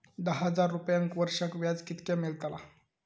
दहा हजार रुपयांक वर्षाक व्याज कितक्या मेलताला?